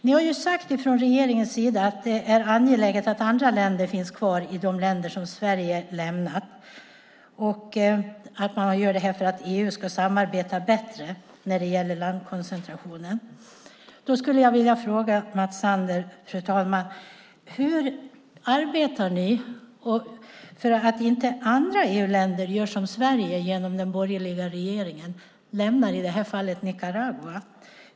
Ni har från regeringens sida sagt att det är angeläget att andra länder finns kvar i de länder som Sverige lämnar och att man gör detta för att EU ska samarbeta bättre när det gäller landkoncentrationen. Hur arbetar ni, Mats Sander, så att inte andra länder gör som Sverige och den borgerliga regeringen och lämnar Nicaragua?